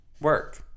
Work